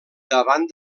davant